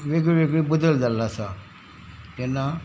वेगवेगळी बदल जाल्लो आसा तेन्ना